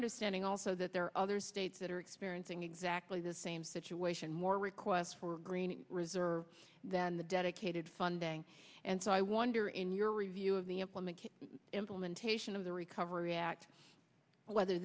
understanding also that there are other states that are experiencing exactly the same situation more requests for green reserves than the dedicated funding and so i wonder in your review of the implementation of the recovery act whether